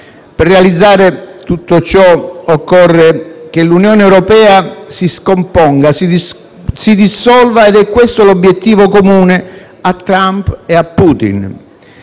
Per realizzare tutto ciò, occorre che l'Unione europea si scomponga e si dissolva ed è questo l'obiettivo comune a Trump e a Putin.